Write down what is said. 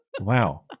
Wow